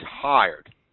tired